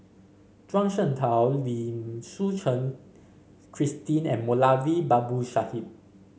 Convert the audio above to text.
Zhuang Shengtao Lim Suchen Christine and Moulavi Babu Sahib